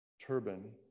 turban